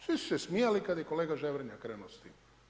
Svi su se smijali kada je kolega Ževrnja krenuo s tim.